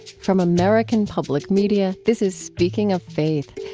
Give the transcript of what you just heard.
from american public media, this is speaking of faith,